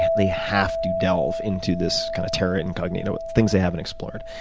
they have to delve into this kind of terra incognito, but things they haven't explored.